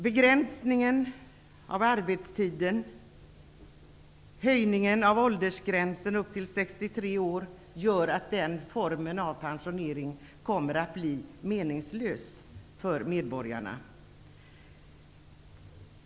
Begränsningen av arbetstiden, höjningen av åldersgränser upp till 63 år gör att den formen av pensionering kommer att bli meningslös för medborgarna.